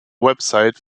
website